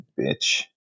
Bitch